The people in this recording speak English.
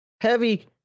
heavy